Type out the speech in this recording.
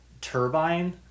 turbine